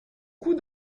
coup